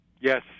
Yes